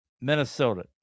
Minnesota